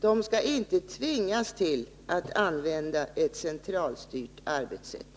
De skall inte tvingas att använda ett centralstyrt arbetssätt.